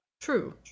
true